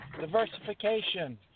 diversification